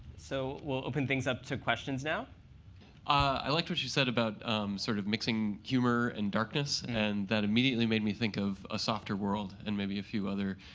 so we'll open things up to questions now. audience i liked what you said about sort of mixing humor and darkness. and that immediately made me think of a softer world and maybe a few other